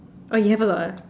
oh you have a lot ah